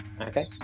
Okay